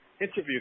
interview